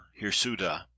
hirsuta